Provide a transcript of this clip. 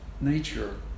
nature